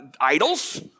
idols